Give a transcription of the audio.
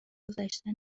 گذشتن